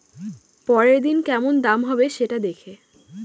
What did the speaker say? পরের দিনের কেমন দাম হবে, সেটা দেখে